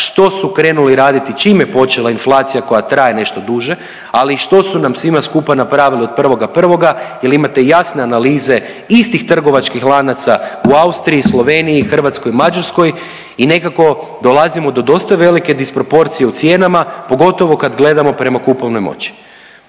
što su krenuli raditi čim je počela inflacija koja traje nešto duže, ali i što su nam svima skupa napravili od 1.1. jer imate jasne analize istih trgovačkih lanaca u Austriji, Sloveniji, Hrvatskoj, Mađarskoj i nekako dolazimo do dosta velike disproporcije u cijenama, pogotovo kad gledamo prema kupovnoj moći?